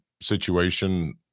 situation